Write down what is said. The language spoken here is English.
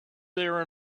there